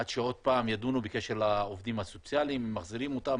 עד שעוד פעם ידונו בקשר לעובדים הסוציאליים אם מחזירים אותם,